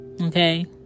Okay